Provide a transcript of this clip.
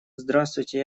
здравствуйте